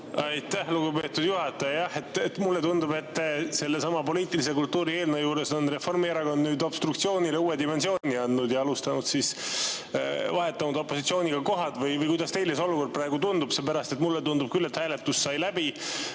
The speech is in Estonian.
Aitäh, lugupeetud juhataja! Mulle tundub, et sellesama poliitilise kultuuri eelnõu puhul on Reformierakond nüüd obstruktsioonile uue dimensiooni andnud ja alustanud seda ise, vahetanud opositsiooniga kohad. Või kuidas teile see olukord praegu tundub? Mulle tundub küll, et hääletus sai läbi